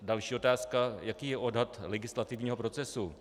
Další otázka: Jaký je odhad legislativního procesu?